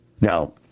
Now